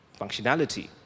functionality